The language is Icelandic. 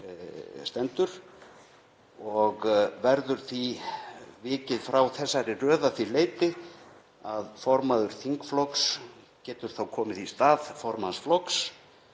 stendur. Verður því vikið frá þessari röð að því leyti að formaður þingflokks getur þá komið í stað formanns flokks